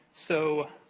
so,